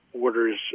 orders